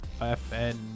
FN